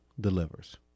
delivers